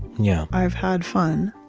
yeah i've had fun